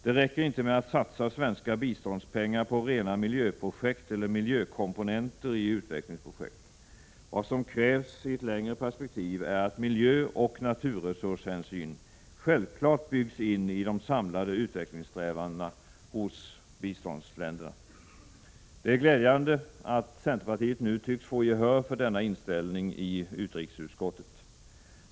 Det räcker inte med att satsa svenska biståndspengar på rena miljöprojekt eller miljökomponenter i utvecklingsprojekt. Vad som krävs i ett längre perspektiv är att miljöoch naturresurshänsyn självklart byggs in i de samlade utvecklingssträvandena hos biståndsländerna. Det är glädjande att centerpartiet nu tycks få gehör för denna inställning i utrikesutskottet.